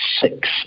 six